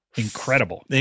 Incredible